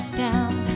down